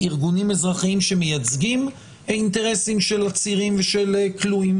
ארגונים אזרחיים שמייצגים אינטרסים של עצירים ושל כלואים.